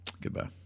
Goodbye